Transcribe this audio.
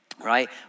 right